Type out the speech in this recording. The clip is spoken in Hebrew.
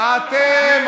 תתבייש.